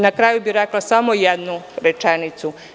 Na kraju bih rekla samo jednu rečenicu.